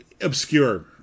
obscure